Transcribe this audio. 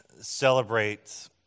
celebrate